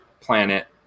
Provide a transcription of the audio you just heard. planet